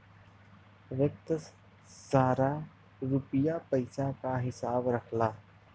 वित्त सारा रुपिया पइसा क हिसाब रखला